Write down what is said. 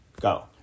go